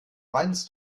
weinst